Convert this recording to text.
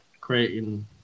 creating